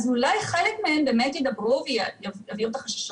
אולי חלק מהם באמת ידבר ויביע את החששות,